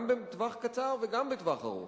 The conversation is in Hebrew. גם בטווח קצר וגם בטווח ארוך.